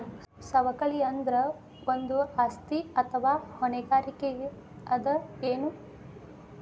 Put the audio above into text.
ಸವಕಳಿ ಅಂದ್ರ ಒಂದು ಆಸ್ತಿ ಅಥವಾ ಹೊಣೆಗಾರಿಕೆ ಅದ ಎನು?